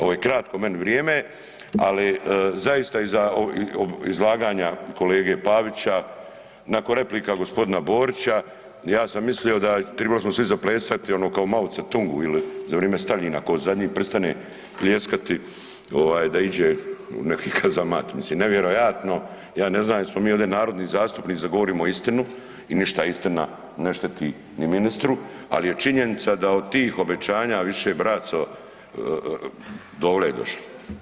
Ovo je kratko meni vrijeme, ali zaista i za izlaganja kolege Pavića, nakon replika gospodina Borića, ja sam mislio da trebali smo svi zaplesati ono kao Mao Ce-tungu ili za vrijeme Staljina tko zadnji pristane pljeskati ovaj da iđe u neki kazamat, mislim nevjerojatno, ja ne znam jesmo mi ovdje narodni zastupnici da govorimo istinu i ništa istina ne šteti ni ministru, ali je činjenica da od tih obećanja više braco dovle je došlo.